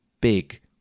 big